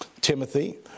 Timothy